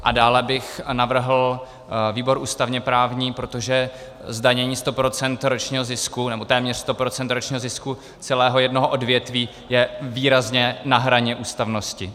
A dále bych navrhl výbor ústavněprávní, protože zdanění 100 % ročního zisku, nebo téměř 100 % ročního zisku celého jednoho odvětví je výrazně na hraně ústavnosti.